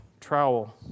trowel